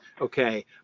okay